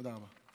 תודה רבה.